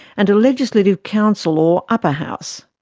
and a legislative council or upper house.